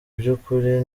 byukuri